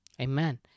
amen